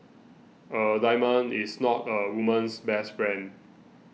a diamond is not a woman's best friend